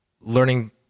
learning